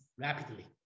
rapidly